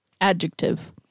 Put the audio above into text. Adjective